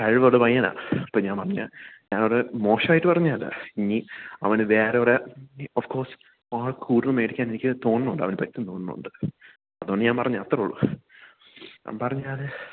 കഴിവ് അത് അപ്പം ഞാൻ പറഞ്ഞാൽ ഞാനത് മോശമായിട്ട് പറഞ്ഞതല്ല ഇനി അവന് വേറെയൊരു ഒഫ്കോഴ്സ് കൂടുൽ വേടിക്കാൻ എനിക്ക് തോന്നുന്നുണ്ട് അവന് പറ്റും തോന്നുന്നുണ്ട് അതുകൊണ്ട് ഞാൻ പറഞ്ഞു അത്രയുള്ളൂ പറഞ്ഞാൽ